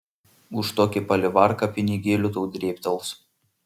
už tokį palivarką pinigėlių tau drėbtels